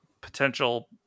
potential